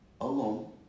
alone